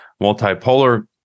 multipolar